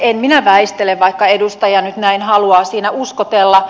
en minä väistele vaikka edustaja nyt näin haluaa siinä uskotella